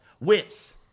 whips